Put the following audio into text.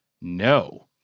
No